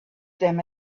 them